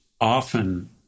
often